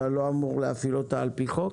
אתה לא אמור להפעיל אותה על פי חוק?